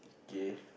gay